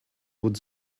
would